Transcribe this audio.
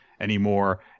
anymore